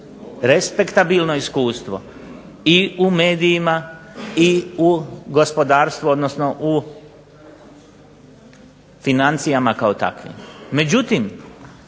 respektabilno iskustvo i u medijima i u gospodarstvu odnosno u financijama kao takvim.